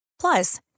Plus